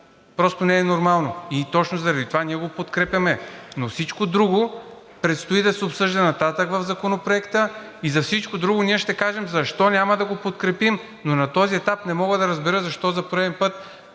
просто не е нормално, и точно заради това ние го подкрепяме. Но всичко друго предстои да се обсъжда нататък в Законопроекта и за всичко друго ние ще кажем защо няма да го подкрепим. Но на този етап не мога да разбера защо за пореден път